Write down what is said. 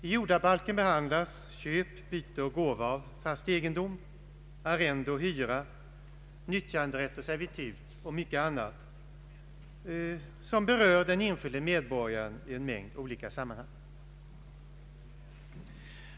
I jordabalken behandlas köp, byte och gåva av fast egendom, arrende och hyra, nyttjanderätt och servitut samt mycket annat som berör den enskilde medborgaren i en mängd olika sammanhang.